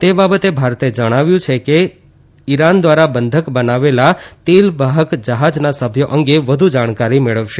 તે બાબતે ભારતે જણાવ્યું છે કે ઇરાન દ્વારા બંધક બનાવેલા તેલવાહક જહાજના સભ્ય અંગે વધુ જાણકારી મેળવશે